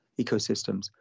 ecosystems